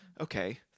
okay